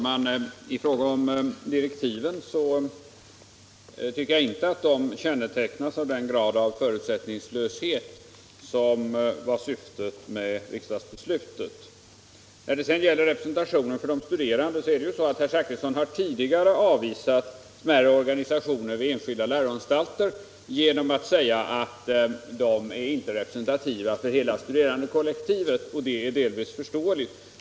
Herr talman! Jag tycker inte att direktiven kännetecknas av den grad av förutsättningslöshet som var syftet med riksdagsbeslutet. När det sedan gäller representationen för de studerande har herr Zach risson tidigare avvisat smärre organisationer vid enskilda läroanstalter genom att säga att de inte är representativa för hela studerandekollektivet, och det är delvis förståeligt.